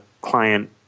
client –